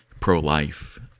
pro-life